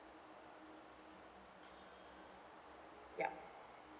yup